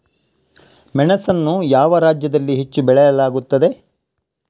ಮೆಣಸನ್ನು ಯಾವ ರಾಜ್ಯದಲ್ಲಿ ಹೆಚ್ಚು ಬೆಳೆಯಲಾಗುತ್ತದೆ?